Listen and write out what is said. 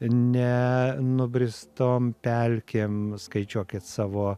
ne nubristom pelkėm skaičiuokit savo